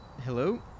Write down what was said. hello